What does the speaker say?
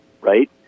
right